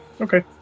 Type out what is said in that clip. Okay